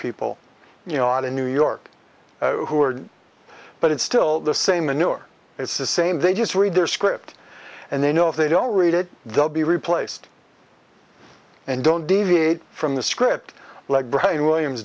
people you know out in new york who are but it's still the same manure it's the same they just read their script and they know if they don't read it they'll be replaced and don't deviate from the script like brian williams